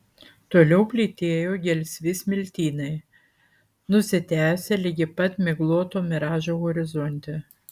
toliau plytėjo gelsvi smiltynai nusitęsę ligi pat migloto miražo horizonte